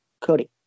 Cody